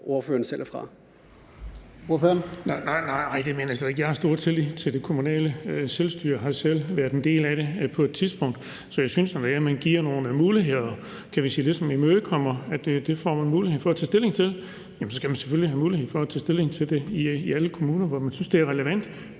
Kl. 13:31 Erling Bonnesen (V): Nej, det mener jeg slet ikke. Jeg har stortillid til det kommunale selvstyre og har selv været en del af det på et tidspunkt. Så jeg synes, at når man giver nogle muligheder og ligesom imødekommer det, så skal de selvfølgelig have mulighed for at tage stilling til det i alle kommuner, hvor man synes, det er relevant.